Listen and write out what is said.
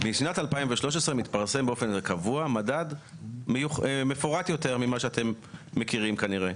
בשנת 2013 מתפרסם באופן קבוע מדד מפורט יותר ממה שאתם מכירים כנראה,